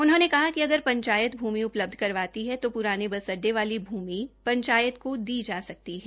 उन्होंने कहा कि अगर पंचायत भूमि उपलब्ध करवाती है तो प्राने बस अड्डे वाली भूमि पंचायत को दी जा सकती है